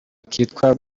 kitwa